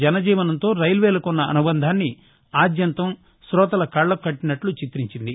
జనజీవనంతో రైల్వేలకున్న అనుబంధాన్ని ఆద్యంతం కోతల కళ్ళకు కట్టినట్లు చిత్రించింది